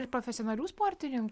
ir profesionalių sportininkų